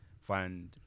find